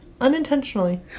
Unintentionally